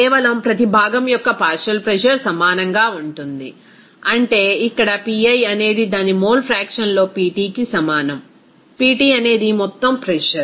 కేవలం ప్రతి భాగం యొక్క పార్షియల్ ప్రెజర్ సమానంగా ఉంటుంది అంటే ఇక్కడ Pi అనేది దాని మోల్ ఫ్రాక్షన్ లో Ptకి సమానం Pt అనేది మొత్తం ప్రెజర్